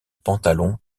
pantalon